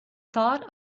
thought